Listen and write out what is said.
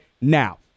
now